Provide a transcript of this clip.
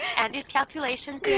andi's calculations the